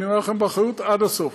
ואני אומר לכם באחריות עד הסוף.